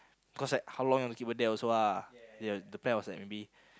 cause like how long you wanna keep her there also ah ya the plan was like maybe